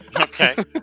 Okay